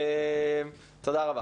תודה רבה